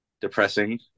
depressing